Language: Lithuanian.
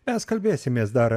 mes kalbėsimės dar